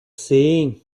saying